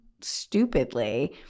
stupidly